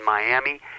Miami